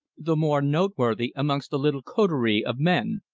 the more noteworthy amongst a little coterie of men,